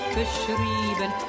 beschrieben